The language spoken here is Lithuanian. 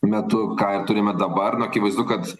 metu ką ir turime dabar nu akivaizdu kad